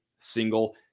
single